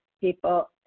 people